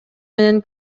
менен